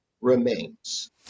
remains